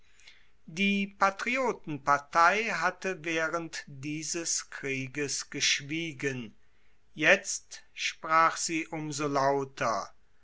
die patriotenpartei hatte waehrend dieses krieges geschwiegen jetzt sprach sie um so lauter